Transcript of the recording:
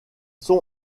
sont